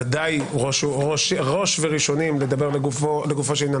ודאי ראש וראשונים לדבר לגופו של עניין